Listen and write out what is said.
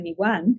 2021